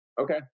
Okay